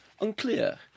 unclear